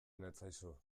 natzaizu